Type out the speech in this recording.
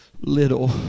little